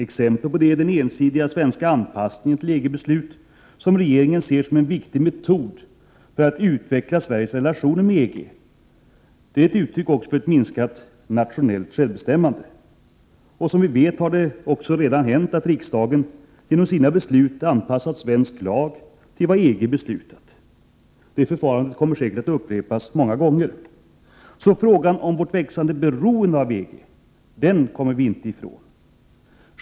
Exempel på detta är den ensidiga svenska anpassningen till EG-beslut, som regeringen ser som en viktig metod för att utveckla Sveriges relationer med EG. Det här är också uttryck för ett minskat nationellt självbestämmande. Som vi vet har det redan hänt att riksdagen genom sina beslut anpassat svensk lag till vad EG har beslutat. Det förfarandet kommer säkert att upprepas flera gånger. Frågan om vårt växande beroende av EG kommer vi inte ifrån.